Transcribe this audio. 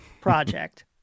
project